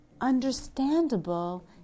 understandable